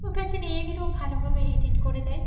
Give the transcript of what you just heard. ওর কাছে নিয়ে গেলে ও ভালোভাবে এডিট করে দেয়